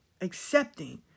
accepting